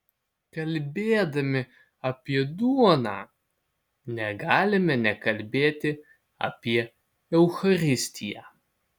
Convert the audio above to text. kalbėdami apie duoną negalime nekalbėti apie eucharistiją